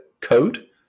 code